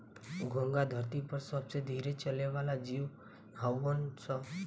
घोंघा धरती पर सबसे धीरे चले वाला जीव हऊन सन